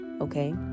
Okay